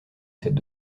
cette